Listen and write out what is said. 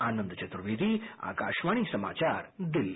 आनंद चतुर्वेदी आकाशवाणी समाचार दिल्ली